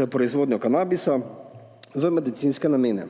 za proizvodnjo kanabisa v medicinske namene